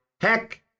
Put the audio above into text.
Heck